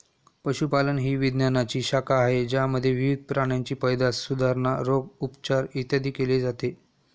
पशुपालन ही विज्ञानाची शाखा आहे ज्यामध्ये विविध प्राण्यांची पैदास, सुधारणा, रोग, उपचार, इत्यादी केले जाते